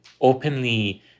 openly